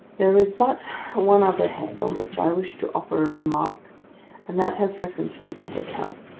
there is but one other head on which i wish to offer a remark and that has reference to the public health.